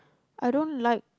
I don't like